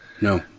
no